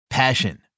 Passion